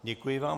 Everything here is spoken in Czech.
Děkuji vám.